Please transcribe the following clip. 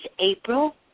April